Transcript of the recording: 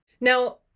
Now